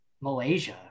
Malaysia